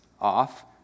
off